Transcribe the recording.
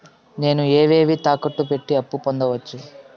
నేను ఏవేవి తాకట్టు పెట్టి అప్పు పొందవచ్చు?